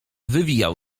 wywijał